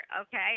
Okay